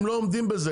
אבל הם לא עומדים בזה,